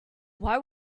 why